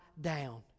down